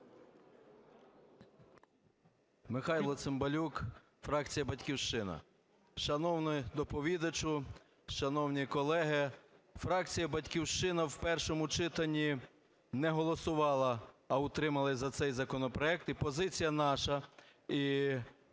Михайло Цимбалюк, фракція "Батьківщина". Шановний доповідачу, шановні колеги. Фракція "Батьківщина" в першому читанні не голосувала, а утрималась, за цей законопроект. І позиція наша